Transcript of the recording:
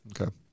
Okay